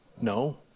No